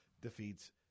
Defeats